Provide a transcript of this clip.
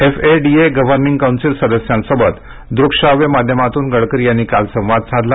FADA governing council सदस्यांसोबत दृकश्राव्य माध्यमातून गडकरी यांनी काल संवाद साधला